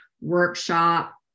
workshop